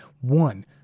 one